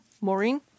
Maureen